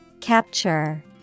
Capture